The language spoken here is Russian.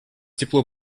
тепло